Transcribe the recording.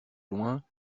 loin